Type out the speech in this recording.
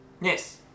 Yes